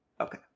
Okay